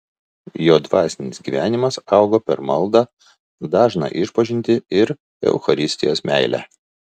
jo dvasinis gyvenimas augo per maldą dažną išpažintį ir eucharistijos meilę